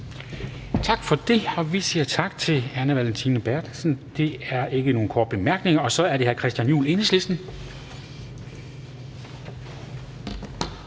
Dam Kristensen): Vi siger tak til Anne Valentina Berthelsen. Der er ikke nogen korte bemærkninger. Så er det hr. Christian Juhl, Enhedslisten.